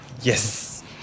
yes